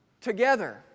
together